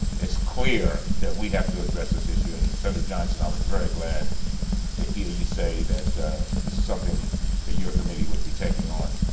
clear that we have to address this issue. and senator johnson, i was very glad to hear you say that this is something that your committee would be taking on.